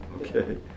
Okay